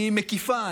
היא מקיפה.